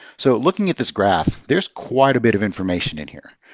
so looking at this graph, there's quite a bit of information in here.